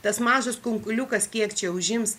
tas mažas kunkuliukas kiek čia užims